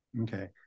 Okay